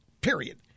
Period